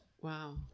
Wow